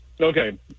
Okay